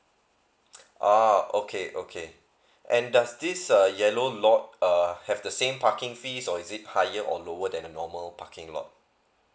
oh okay okay and does this uh yellow lot uh have the same parking fees or is it higher or lower than the normal parking lot